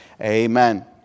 Amen